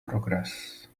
progress